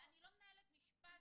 אני לא מנהלת משפט פה.